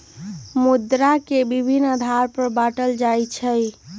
मुद्रा के विभिन्न आधार पर बाटल जाइ छइ